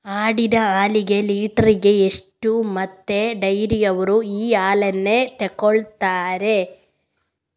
ಆಡಿನ ಹಾಲಿಗೆ ಲೀಟ್ರಿಗೆ ಎಷ್ಟು ಮತ್ತೆ ಡೈರಿಯವ್ರರು ಈ ಹಾಲನ್ನ ತೆಕೊಳ್ತಾರೆ?